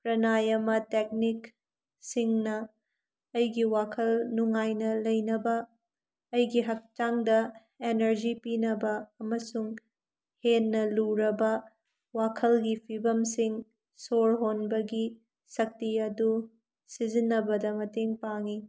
pranayama technique ꯁꯤꯡꯅ ꯑꯩꯒꯤ ꯋꯥꯈꯜ ꯅꯨꯡꯉꯥꯏꯅ ꯂꯩꯅꯕ ꯑꯩꯒꯤ ꯍꯛꯆꯥꯡꯗ ꯑꯦꯅꯔꯖꯤ ꯄꯤꯅꯕ ꯑꯃꯁꯨꯡ ꯍꯦꯟꯅ ꯂꯨꯔꯕ ꯋꯥꯈꯜꯒꯤ ꯐꯤꯕꯝꯁꯤꯡ ꯁꯣꯔ ꯍꯣꯟꯕꯒꯤ ꯁꯛꯇꯤ ꯑꯗꯨ ꯁꯤꯖꯤꯟꯅꯕꯗ ꯃꯇꯦꯡ ꯄꯥꯡꯉꯤ